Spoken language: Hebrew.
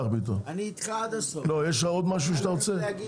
צריך להשיב